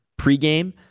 pregame